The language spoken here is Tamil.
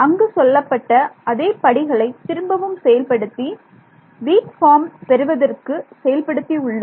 அங்கு சொல்லப்பட்ட அதே படிகளை திரும்பவும் செயல்படுத்தி வீக் ஃபார்ம் பெறுவதற்கு செயல்படுத்தி உள்ளோம்